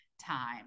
time